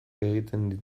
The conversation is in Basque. egiten